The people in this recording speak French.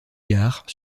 gard